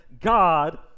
God